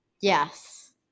Yes